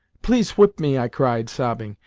please whip me! i cried, sobbing.